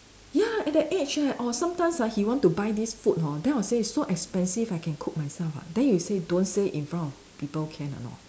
ya at that age eh or sometimes ah he want to buy this food hor then I will say so expensive I can cook myself ah then he'll say don't say in front of people can or not